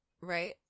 Right